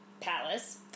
palace